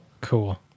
Cool